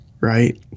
Right